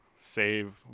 save